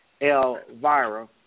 Elvira